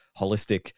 holistic